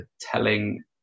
telling